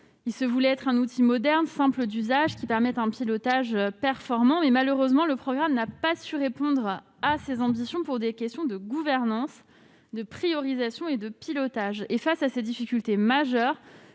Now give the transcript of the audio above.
Il devait être un outil moderne, simple à utiliser, permettant un pilotage performant. Malheureusement, le programme n'a pas répondu à ces ambitions, pour des questions de gouvernance, de priorisation et de pilotage. Face à ces difficultés majeures,